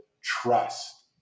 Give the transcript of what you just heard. trust